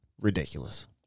ridiculous